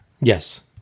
Yes